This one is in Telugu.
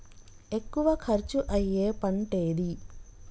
ఎక్కువ ఖర్చు అయ్యే పంటేది?